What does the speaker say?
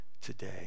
today